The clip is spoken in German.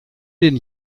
den